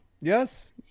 Yes